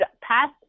past